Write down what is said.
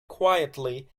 quietly